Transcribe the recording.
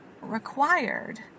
required